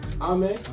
Amen